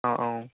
औ औ